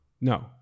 No